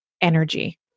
energy